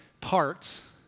parts